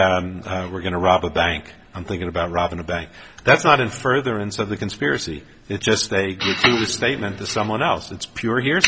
we're going to rob a bank i'm thinking about robbing a bank that's not and further inside the conspiracy it's just a statement to someone else it's pure he